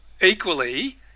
equally